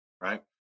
right